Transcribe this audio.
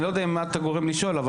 אני לא יודע אם את הגורם לשאול אותו,